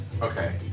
Okay